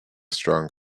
strong